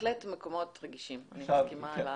בהחלט מקומות רגישים, אני מסכימה עם ההגדרה.